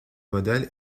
modèles